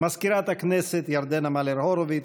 מזכירת הכנסת ירדנה מלר-הורוביץ,